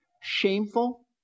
shameful